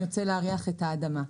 יוצא להריח את האדמה.